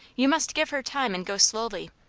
you must give her time and go slowly,